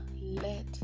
let